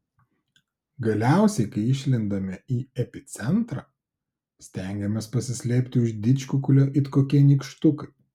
galiausiai kai išlendame į epicentrą stengiamės pasislėpti už didžkukulio it kokie nykštukai